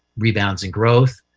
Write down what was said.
rebounds in growth.